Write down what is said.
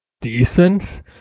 decent